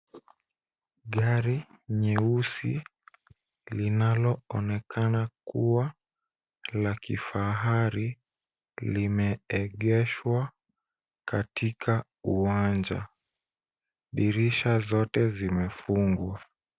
Gari nyeusi linaloonekana kuwa la kifahari limeegeshwa katika uwanja. Dirisha zote zimefungwa.